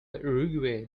uruguay